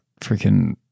freaking